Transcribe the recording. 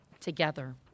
together